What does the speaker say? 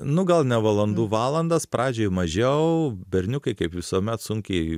nu gal ne valandų valandas pradžioj mažiau berniukai kaip visuomet sunkiai